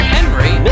Henry